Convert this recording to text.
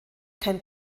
kein